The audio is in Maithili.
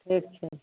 ठीक छै